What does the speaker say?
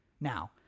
now